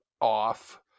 off